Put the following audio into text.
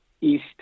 east